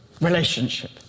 relationship